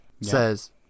says